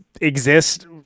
exist